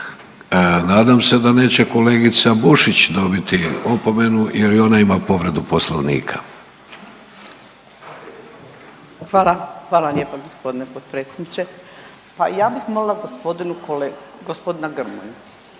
Nadam se da neće kolegica Bušić dobiti opomenu jer i ona ima povredu Poslovnika. **Bušić, Zdravka (HDZ)** Hvala, hvala lijepa gospodine potpredsjedniče. Pa ja bih molila gospodina Grmoju